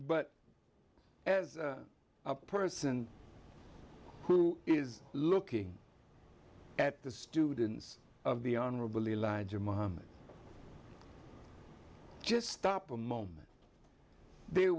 but as a person who is looking at the students of the honorable elijah muhammad just stop a moment there